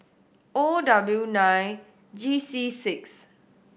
O W nine G C six